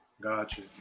Gotcha